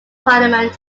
parliament